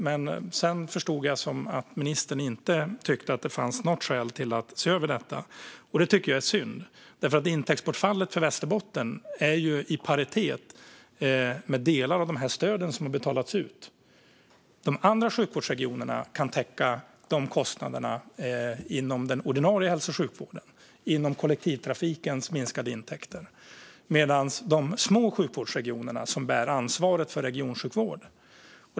Men sedan förstod jag att ministern inte tyckte att det fanns något skäl att se över detta. Det tycker jag är synd. Intäktsbortfallet för Västerbotten är i paritet med delar av de stöd som har betalats ut. De andra sjukvårdsregionerna kan täcka de kostnaderna inom den ordinarie hälso och sjukvården och inom kollektivtrafikens minskade intäkter medan det inte gäller för de små sjukvårdsregionerna som bär ansvaret för regionsjukvården.